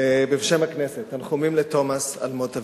ובשם הכנסת תנחומים לתומש על מות אביו.